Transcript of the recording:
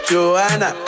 Joanna